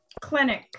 clinic